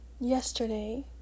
yesterday